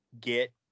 get